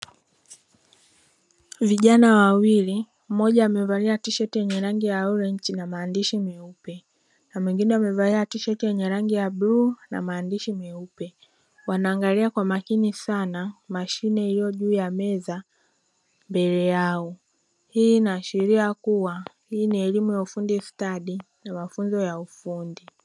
Vijana wawili, mmoja amevalia tisheti yenye ya "orange" na maandishi meupe na mwingine amevalia tisheti yenye rangi ya bluu na maandishi meupe, wanaangalia kwa makini sana mashine iliyo juu ya meza mbele yao. Hii inaashiria kuwa hii ni elimu ya ufundi stadi na mafunzo ya ufundi.